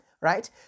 right